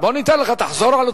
חבר הכנסת כץ.